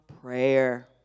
prayer